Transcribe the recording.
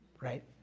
Right